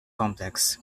complex